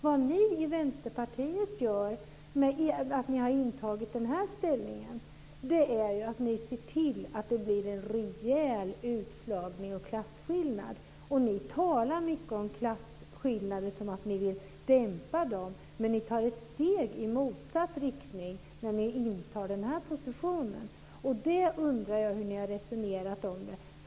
Vad ni i Vänsterpartiet gör genom att ha tagit den här inställningen är att ni ser till att det blir en rejäl utslagning och klasskillnad. Ni talar mycket om klasskillnader som vi vill dämpa. Men ni tar ett steg i motsatt riktning när ni intar denna position. Där undrar jag hur ni har resonerat.